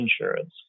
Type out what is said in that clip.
insurance